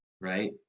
right